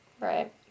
Right